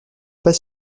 pas